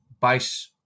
base